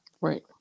right